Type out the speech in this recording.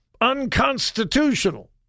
unconstitutional